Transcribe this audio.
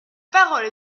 parole